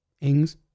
Ings